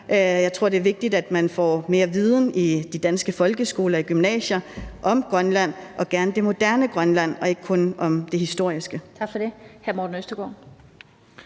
jeg tror, det er vigtigt, at man får mere viden i de danske folkeskoler og gymnasier om Grønland brug for – og gerne om det moderne Grønland og ikke kun om det historiske.